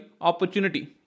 opportunity